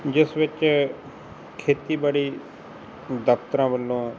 ਜਿਸ ਵਿੱਚ ਖੇਤੀਬਾੜੀ ਦਫ਼ਤਰਾਂ ਵੱਲੋਂ